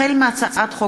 החל בהצעת חוק